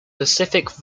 pacific